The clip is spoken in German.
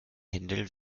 händel